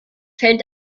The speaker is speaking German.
fällt